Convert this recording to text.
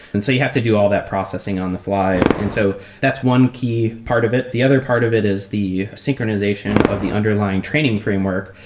and so you have to do all that processing on the fly. and so that's one key part of it. the other part of it is the synchronization of the underlying training framework,